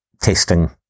testing